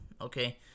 Okay